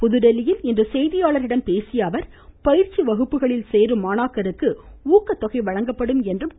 புதுதில்லியில் இன்று செய்தியாளர்களிடம் பேசிய அவர் பயிந்சி வகுப்புகளில் சேரும் மாணாக்கருக்கு ஊக்கத்தொகை வழங்கப்படும் என்றும் தெரிவித்தார்